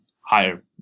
higher